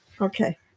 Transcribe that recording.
Okay